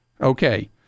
Okay